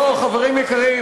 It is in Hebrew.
לא, חברים יקרים,